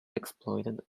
exploited